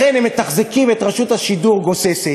לכן הם מתחזקים את רשות השידור גוססת,